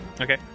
Okay